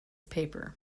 paper